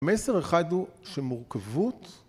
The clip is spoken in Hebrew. מסר אחד הוא שמורכבות